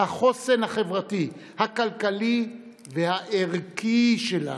החוסן החברתי, הכלכלי והערכי שלנו.